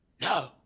No